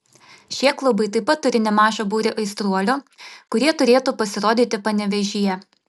šie klubai taip pat turi nemažą būrį aistruolių kurie turėtų pasirodyti panevėžyje